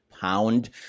Pound